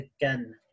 again